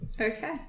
Okay